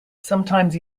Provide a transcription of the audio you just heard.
sometimes